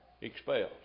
expelled